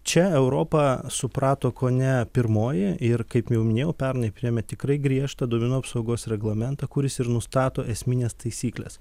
čia europa suprato kone pirmoji ir kaip jau minėjau pernai priėmė tikrai griežtą duomenų apsaugos reglamentą kuris ir nustato esmines taisykles